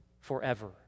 forever